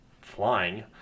flying